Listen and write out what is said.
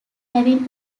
having